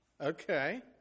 Okay